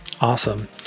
Awesome